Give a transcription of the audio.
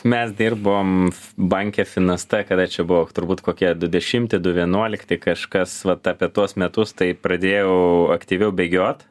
mes dirbom banke finasta kada čia buvo turbūt kokie du dešimti du vienuolikti kažkas vat apie tuos metus tai pradėjau aktyviau bėgiot